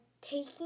taking